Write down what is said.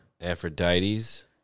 Aphrodite's